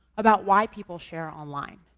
about why people share online.